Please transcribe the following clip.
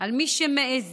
על מי שמעיזים,